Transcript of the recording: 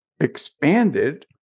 expanded